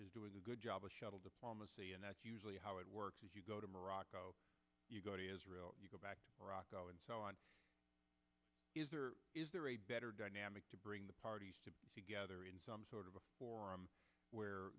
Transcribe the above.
is doing a good job of shuttle diplomacy and that's usually how it works is you go to morocco you go to israel you go back to iraq and so on is there a better dynamic to bring the parties together in some sort of a forum where